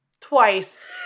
Twice